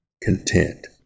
content